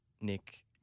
Nick